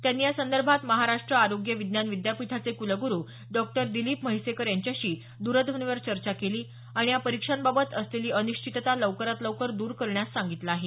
त्यांनी या संदर्भात महाराष्ट्र आरोग्य विज्ञान विद्यापीठाचे कुलगुरू डॉक्टर दिलीप म्हैसेकर यांच्याशी दरध्वनीवर चर्चा केली आणि या परीक्षांबाबत असलेली अनिश्वितता लवकरात लवकर द्र करण्यास सांगितलं आहे